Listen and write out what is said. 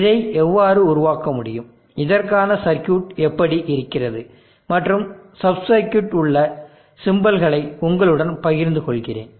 இதை எவ்வாறு உருவாக்க முடியும் இதற்கான சர்க்யூட் எப்படி இருக்கிறது மற்றும் சப் சர்க்யூட்டில் உள்ள சிம்பல்களை உங்களுடன் பகிர்ந்து கொள்கிறேன்